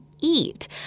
eat